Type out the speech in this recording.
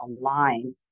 align